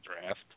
draft